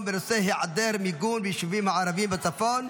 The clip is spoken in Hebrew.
בנושא: היעדר מיגון ביישובים הערביים בצפון.